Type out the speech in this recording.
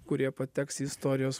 kurie pateks į istorijos